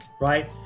right